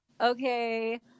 okay